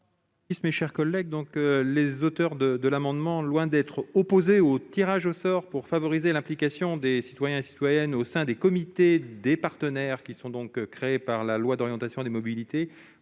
Jean-Michel Houllegatte. Les auteurs de cet amendement, loin d'être opposés au tirage au sort pour favoriser l'implication des citoyens et citoyennes au sein des comités des partenaires créés par la loi d'orientation des mobilités,